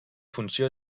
funció